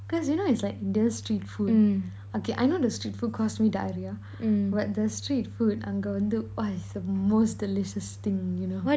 cause you know it's like the street food okay I know the street food caused me diarrhoea but the street food அங்க வந்து:anga vanthu !wah! is the most delicious thing you know